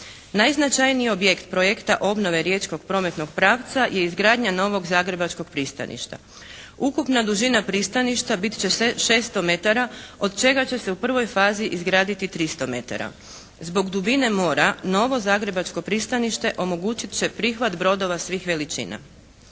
Najznačajniji objekt projekta obnove riječkog prometnog pravca je izgradnja novog zagrebačkog pristaništa. Ukupna dužina pristaništa bit će 600 metara od čega će se u prvoj fazi izgraditi 300 m. Zbog dubine mora novo zagrebačko pristanište omogućit će prihvat brodova svih veličina.